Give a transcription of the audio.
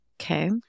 Okay